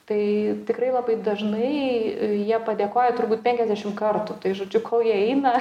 tai tikrai labai dažnai jie padėkoja turbūt penkiasdešim kartų tai žodžiu kol jie eina